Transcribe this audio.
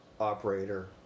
operator